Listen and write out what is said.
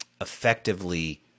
effectively